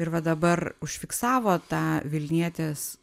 ir va dabar užfiksavo tą vilnietės